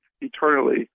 eternally